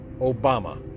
Obama